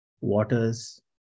waters